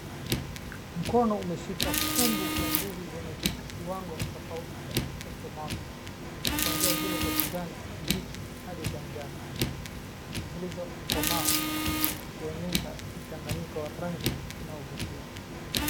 Mkono umeshika fungu la ndizi zenye kiwango tofauti cha ukomavu, kuanzia zile za kijani kibichi hadi za njano. Zilizokomaa zikionyesha mchanganyiko wa rangi inayovutia.